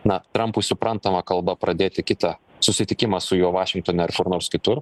na trampui suprantamą kalbą pradėti kitą susitikimą su juo vašingtone ar kur nors kitur